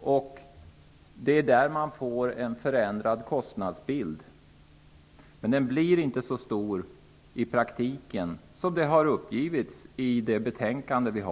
och det är där man får en förändrad kostnadsbild. Den blir dock inte så stor i praktiken som det har angetts i betänkandet.